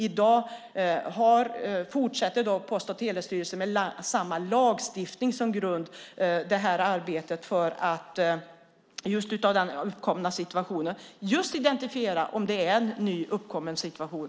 I dag fortsätter Post och telestyrelsen med samma lagstiftning som grund arbetet på grund av den uppkomna situationen för att just identifiera om det är en nyuppkommen situation.